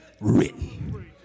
written